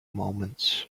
moments